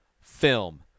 film